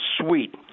sweet